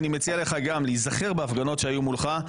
אני מציע לך גם להיזכר בהפגנות שהיו מולך,